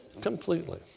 completely